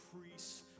priests